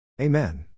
Amen